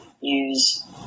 use